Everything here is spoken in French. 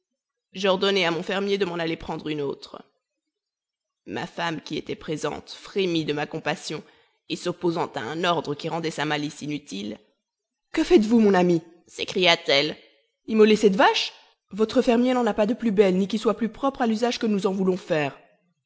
j'ordonnai à mon fermier de m'en aller prendre une autre ma femme qui était présente frémit de ma compassion et s'opposant à un ordre qui rendait sa malice inutile que faitesvous mon ami s'écria-t-elle immolez cette vache votre fermier n'en a pas de plus belle ni qui soit plus propre à l'usage que nous en voulons faire